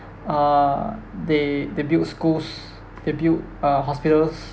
uh they they built schools they built uh hospitals